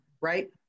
right